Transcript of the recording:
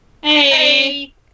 Hey